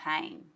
pain